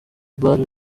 bar